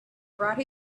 brought